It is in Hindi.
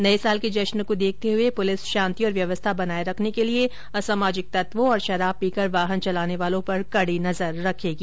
नये साल के जश्न को देखते हुए पुलिस शांति और व्यवस्था बनाये रखने के लिये असामाजिक तत्वों और शराब पीकर वाहन चलाने वालों पर कड़ी नजर रखेगी